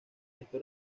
visto